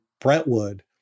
Brentwood